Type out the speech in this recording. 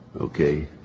Okay